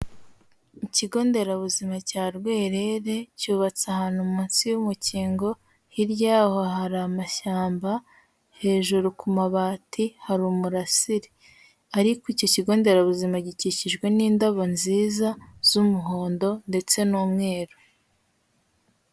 Ikigo nderabuzima cya rwerere cyubatse ahantu munsi y'umukingo hiryaho hari amashyamba hejuru ku mabati hari umurasiri ariko iki kigo nderabuzima gikikijwe n'indabo nziza z'umuhondo ndetse n'umweru